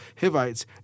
Hivites